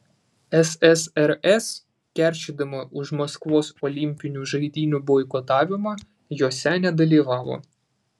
ssrs keršydama už maskvos olimpinių žaidynių boikotavimą jose nedalyvavo